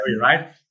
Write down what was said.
right